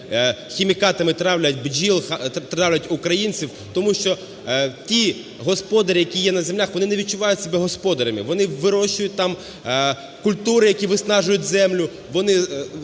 хімікатами травлять бджіл, травлять українців? Тому що ті господарі, які є на землях, вони не відчувають себе господарями, вони вирощують там культури, які виснажують землю,